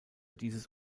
dieses